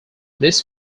this